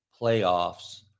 playoffs